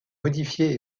modifiés